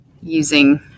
using